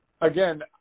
again